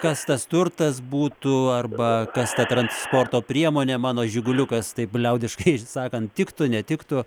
kas tas turtas būtų arba kas ta transporto priemonė mano žiguliukas taip liaudiškai sakant tiktų netiktų